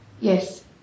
Yes